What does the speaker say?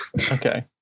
Okay